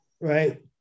right